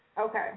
Okay